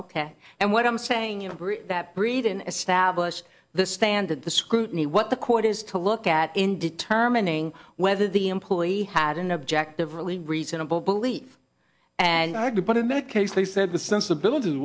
ok and what i'm saying is that breed an established the standard the scrutiny what the court is to look at in determining whether the employee had an objective really reasonable belief and i had to put in that case they said the sensibilities